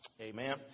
Amen